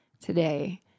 today